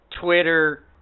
Twitter